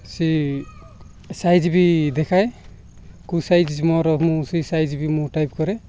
ସେ ସାଇଜ୍ ବି ଦେଖାଏ କେଉଁ ସାଇଜ୍ ମୋର ମୁଁ ସେଇ ସାଇଜ୍ ବି ମୁଁ ଟାଇପ୍ କରେ